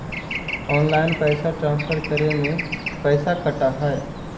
Online पैसा transfer करे में पैसा कटा है?